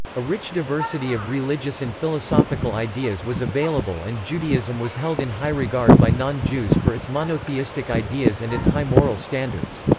a rich diversity of religious and philosophical ideas was available and judaism was held in high regard by non-jews for its monotheistic ideas and its high moral standards.